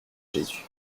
jésus